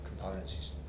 components